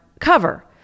cover